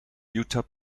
utah